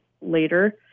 later